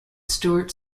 stuart